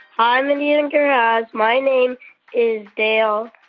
hi, mindy and guy raz. my name is dale.